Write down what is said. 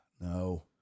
no